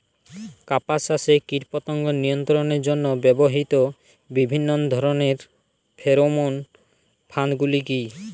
কাপাস চাষে কীটপতঙ্গ নিয়ন্ত্রণের জন্য ব্যবহৃত বিভিন্ন ধরণের ফেরোমোন ফাঁদ গুলি কী?